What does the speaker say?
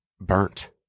burnt